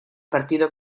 partido